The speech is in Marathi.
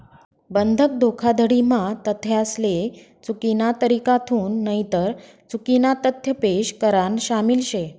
बंधक धोखाधडी म्हा तथ्यासले चुकीना तरीकाथून नईतर चुकीना तथ्य पेश करान शामिल शे